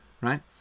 right